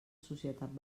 societat